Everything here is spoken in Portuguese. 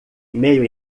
meio